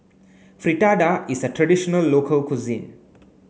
Fritada is a traditional local cuisine